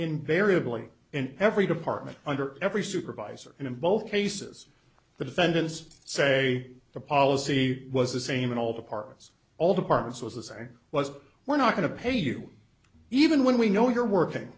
invariably in every department under every supervisor and in both cases the defendants say the policy was the same in all departments all departments was the same was we're not going to pay you even when we know you're working